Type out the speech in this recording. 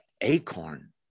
acorn